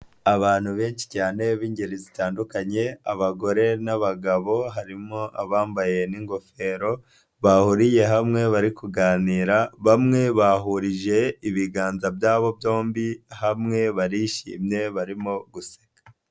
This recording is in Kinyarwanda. Abantu benshi cyane b'ingeri zitandukanye, abagore n'abagabo, harimo abambaye n'ingofero, bahuriye hamwe bari kuganira, bamwe bahurije ibiganza byabo byombi hamwe, barishimye barimo guseka.